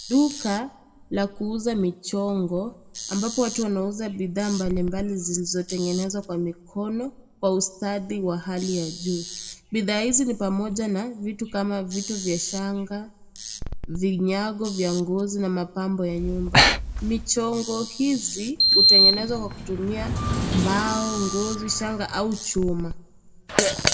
Duka la kuuza michongo, ambapo watu wanauza bidhaa mbalimbali zilizotengenezwa kwa mikono, kwa ustadi wa hali ya juu. Bidhaa hizi ni pamoja na vitu kama vitu vya shanga, vinyago vya ngozi na mapambo ya nyumba. Michongo hizi, hutengenezwa kwa kutumia, mbao, ngozi, shanga au chuma.